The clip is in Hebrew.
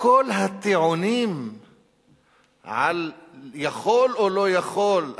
כל הטיעונים על יכול או לא יכול,